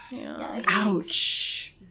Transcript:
Ouch